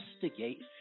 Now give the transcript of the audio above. investigate